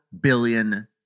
billion